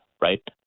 right